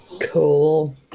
Cool